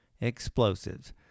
explosives